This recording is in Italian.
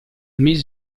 mese